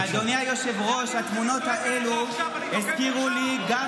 אדוני היושב-ראש, התמונות האלה, דן